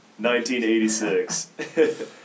1986